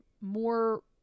more